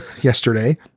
yesterday